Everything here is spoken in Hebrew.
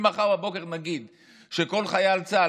אם מחר בבוקר נגיד שכל חייל צה"ל,